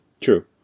True